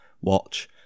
watch